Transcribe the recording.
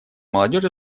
молодежи